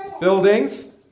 buildings